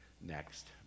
next